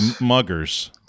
muggers